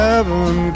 Heaven